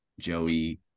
Joey